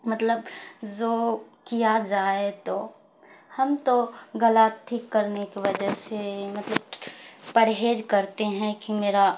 مطلب جو کیا زائے تو ہم تو گلا ٹھیک کرنے کی وجہ سے مطلب پرہیز کرتے ہیں کہ میرا